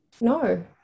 no